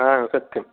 हा सत्यं